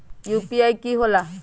UPI कि होला?